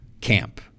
camp